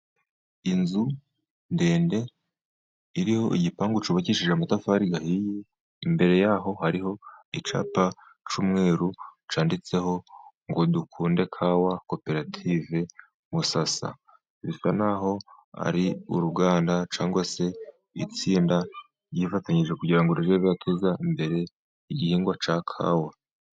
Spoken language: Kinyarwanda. Inzu ndende iriho igipangu cyubakishije amatafari ahiye. Imbere yaho hariho icyapa cy'umweru cyanditseho ngo "Dukunde Kawa Koperative Musasa." Bisa n'aho ari uruganda cyangwa se itsinda ryifatanyije kugira ngo rijye rirateza imbere igihingwa cya kawa.